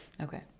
Okay